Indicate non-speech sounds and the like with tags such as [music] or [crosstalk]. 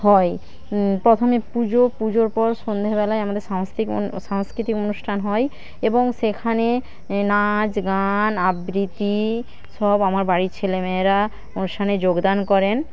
হয় প্রথমে পুজো পুজোর পর সন্ধেবেলায় আমাদের সাংস্কৃতিক [unintelligible] সাংস্কৃতিক অনুষ্ঠান হয় এবং সেখানে নাচ গান আবৃত্তি সব আমার বাড়ির ছেলেমেয়েরা অনুষ্ঠানে যোগদান করেন